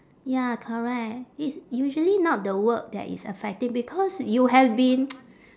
ya correct it's usually not the work that is affecting because you have been